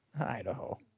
Idaho